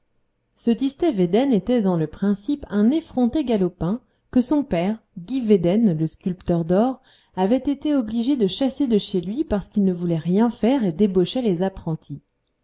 ce tistet védène était dans le principe un effronté galopin que son père guy védène le sculpteur d'or avait été obligé de chasser de chez lui parce qu'il ne voulait rien faire et débauchait les apprentis